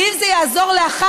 כי אם זה יעזור לאחת,